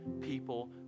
people